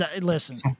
Listen